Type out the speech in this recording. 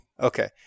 Okay